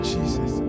Jesus